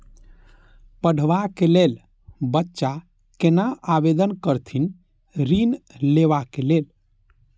पढ़वा कै लैल बच्चा कैना आवेदन करथिन ऋण लेवा के लेल?